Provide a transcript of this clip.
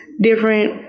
different